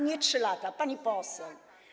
Nie 3 lata, pani poseł.